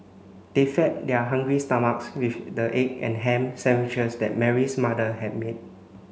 they fed their hungry stomachs with the egg and ham sandwiches that Mary's mother had made